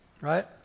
Right